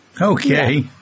Okay